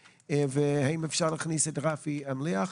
האם אפשר להכניס את רפי אלמליח?